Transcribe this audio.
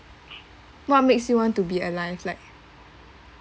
what makes you want to be alive like